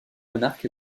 monarques